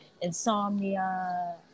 insomnia